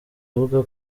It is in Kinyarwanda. avuga